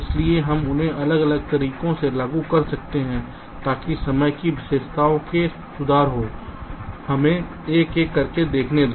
इसलिए हम उन्हें अलग अलग तरीके से लागू कर सकते हैं ताकि समय की विशेषताओं में सुधार हो हमें एक एक करके देखने दो